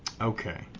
Okay